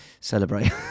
celebrate